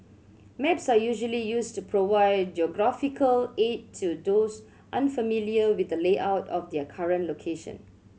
maps are usually used to provide geographical aid to those unfamiliar with the layout of their current location